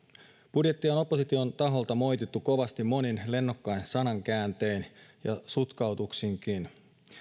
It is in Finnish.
budjettia on opposition taholta moitittu kovasti monin lennokkain sanankääntein ja sutkautuksinkin